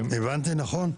הבנתי נכון?